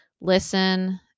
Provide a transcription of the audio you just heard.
listen